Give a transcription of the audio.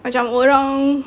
macam orang